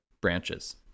branches